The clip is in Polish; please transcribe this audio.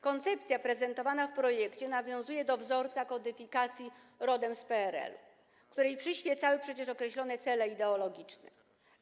Koncepcja prezentowana w projekcie nawiązuje do wzorca kodyfikacji rodem z PRL, której przyświecały przecież określone cele ideologiczne.